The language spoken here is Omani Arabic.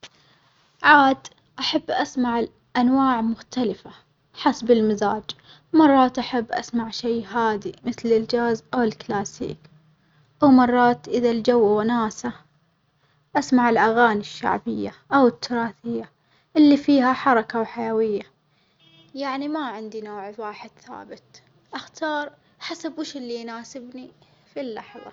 عاد أحب أسمع الأنواع مختلفة حسب المزاج، مرات أحب أسمع شي هادي مثل الجاز أو الكلاسيك أو مرات إذا الجو وناسة أسمع الأغاني الشعبية أو التراثية اللي فيها حركة وحيوية، يعني ما عندي نوع واحد ثابت أختار حسب ويش اللي يناسبني في اللحظة.